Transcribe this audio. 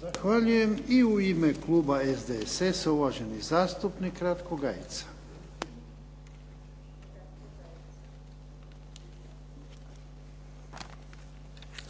Zahvaljujem. I u ime Kluba SDSS-a, uvaženi zastupnik Ratko Gajica. **Gajica, Ratko